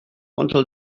until